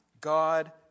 God